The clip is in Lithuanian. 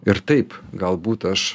ir taip galbūt aš